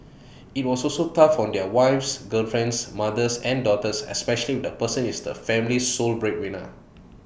IT was also tough on their wives girlfriends mothers and daughters especially if the person is the family's sole breadwinner